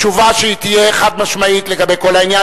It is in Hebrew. תשובה שתהיה חד-משמעית לגבי כל העניין.